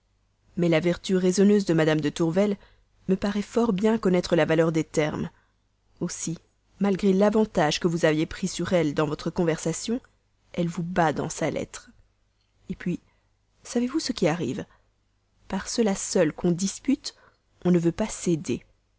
mais la vertu raisonneuse de mme de tourvel me paraît fort bien connaître la valeur des termes aussi malgré l'avantage que vous aviez pris sur elle dans votre conversation elle vous bat dans sa lettre et puis savez-vous ce qui arrive par cela seul qu'on dispute on ne veut pas céder